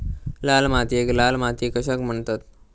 लाल मातीयेक लाल माती कशाक म्हणतत?